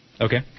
Okay